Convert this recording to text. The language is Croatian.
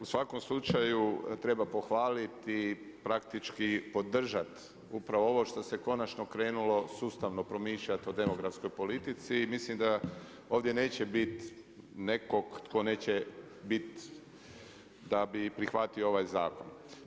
U svakom slučaju treba pohvaliti, praktički podržat upravo ovo što se konačno krenulo sustavno promišljati o demografskoj politici i mislim da ovdje neće biti nekog tko neće biti da bi prihvatio ovaj zakon.